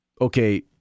okay